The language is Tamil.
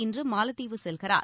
இன்று மாலத்தீவு செல்கிறார்